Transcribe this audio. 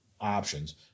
options